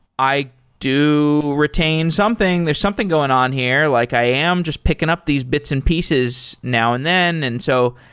i do retain something. there's something going on here. like i am just picking up these bits and pieces now and then. and so,